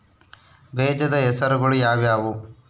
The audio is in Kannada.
ಬೇಜದ ಹೆಸರುಗಳು ಯಾವ್ಯಾವು?